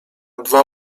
dwa